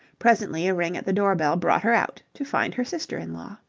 presently a ring at the door-bell brought her out, to find her sister-in-law.